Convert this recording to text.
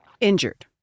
Injured